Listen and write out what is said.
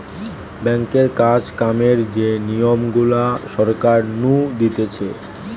ব্যাঙ্কে কাজ কামের যে নিয়ম গুলা সরকার নু দিতেছে